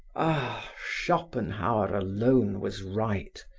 ah! schopenhauer alone was right.